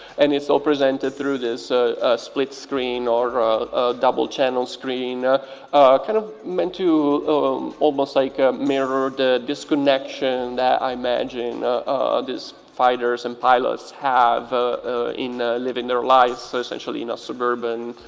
and it's all presented through this split screen or ah double channel screen ah kind of meant to almost like ah mirror the disconnection that i imagine these fighters and pilots have in living their lives. so essentially in a suburban,